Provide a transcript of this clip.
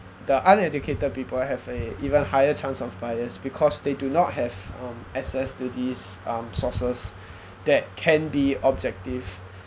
the uneducated people have a even higher chance of bias because they do not have um access to these um sources that can be objective